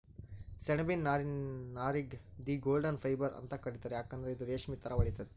ಸೆಣಬಿನ್ ನಾರಿಗ್ the golden fibre ಅಂತ್ ಕರಿತಾರ್ ಯಾಕಂದ್ರ್ ಇದು ರೇಶ್ಮಿ ಥರಾ ಹೊಳಿತದ್